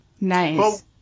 Nice